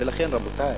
ולכן, רבותי,